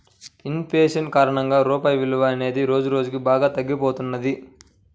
in fashion కారణంగా రూపాయి విలువ అనేది రోజురోజుకీ బాగా తగ్గిపోతున్నది